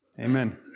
Amen